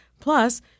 Plus